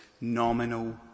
Nominal